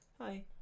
Hi